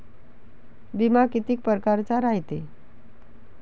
बिमा कितीक परकारचा रायते?